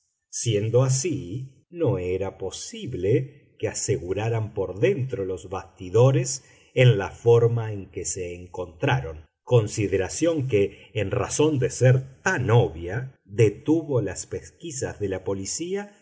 siendo así no era posible que aseguraran por dentro los bastidores en la forma en que se encontraron consideración que en razón de ser tan obvia detuvo las pesquisas de la policía